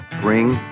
Bring